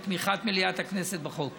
את תמיכת מליאת הכנסת בחוק.